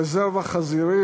רזרבה חזירית,